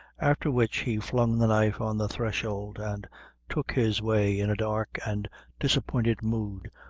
after which he flung the knife on the threshold, and took his way, in a dark and disappointed mood,